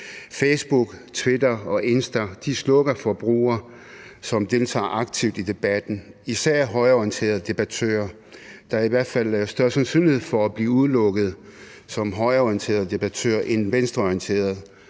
Facebook, Twitter og Instagram slukker for brugere, som deltager aktivt i debatten, især højreorienterede debattører. Der er i hvert fald større sandsynlighed for at blive udelukket som højreorienteret debattør end som venstreorienteret,